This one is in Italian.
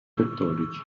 cattolici